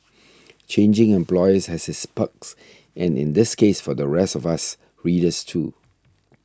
changing employers has its perks and in this case for the rest of us readers too